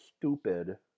stupid